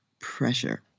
pressure